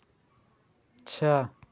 छः